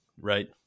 right